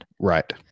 right